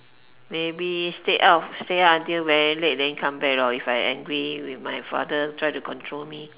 maybe stay out stay out very late lor if I angry with my father try to control me